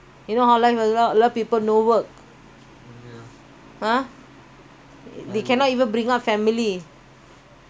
we cannot even bring up family no work no cannot even bring up family then how they want to pay especially water bill